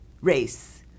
race